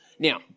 Now